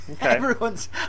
Everyone's